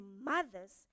mothers